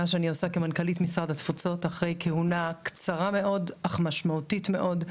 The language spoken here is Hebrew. שאני עושה כמנכ"לית משרד התפוצות אחרי כהונה קצרה מאוד אך משמעותית מאוד.